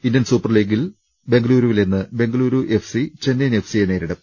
Indian super ലീഗിൽ ബെങ്കലൂരുവിൽ ഇന്ന് Bengaluru F C Chennaiyin F സിയെ നേരിടും